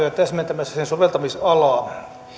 täsmentämässä sen soveltamisalaa esityksessä